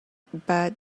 but